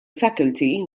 faculty